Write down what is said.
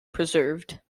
preserved